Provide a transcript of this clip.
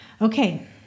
okay